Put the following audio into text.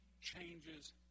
changes